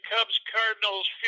Cubs-Cardinals